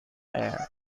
heir